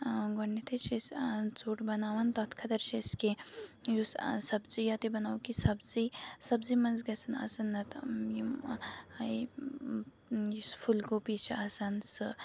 گۄڈنٮ۪تھٕے چھِ أسۍ اَنان ژوٚٹ بَناوان تَتھ خٲطرٕ چھِ أسۍ کینٛہہ یُس سبزی یا تہِ بَناوو کینٛہہ سبزی سبزی منٛز گژھن آسٕنۍ نَتہٕ یِم یُس پھوٗل گوبی چھِ آسان سُہ